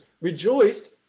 rejoiced